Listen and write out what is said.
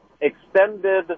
extended